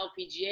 lpga